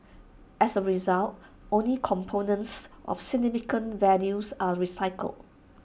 as A result only components of significant values are recycled